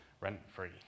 rent-free